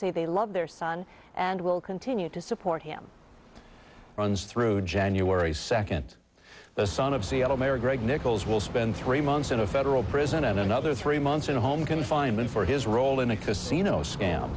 say they love their son and will continue to support him runs through january second the son of seattle mayor greg nickels will spend three months in a federal prison and another three months in home confinement for his role in a casino scam